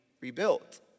rebuilt